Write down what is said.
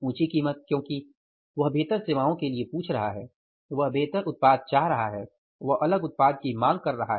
ऊँची कीमत क्योंकि वह बेहतर सेवाओं के लिए पूछ रहा है वह बेहतर उत्पाद चाह रहा है वह अलग उत्पाद की मांग रहा है